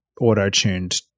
auto-tuned